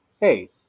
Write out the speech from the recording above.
Hey